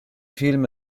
film